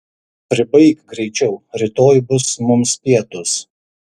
pribaik greičiau rytoj bus mums pietūs